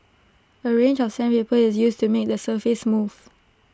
A range of sandpaper is used to make the surface smooth